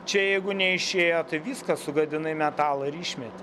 čia jeigu neišėjo tai viskas sugadinai metalą ir išmeti